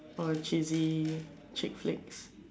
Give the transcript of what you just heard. or cheesy chick flicks